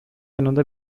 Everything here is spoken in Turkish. yanında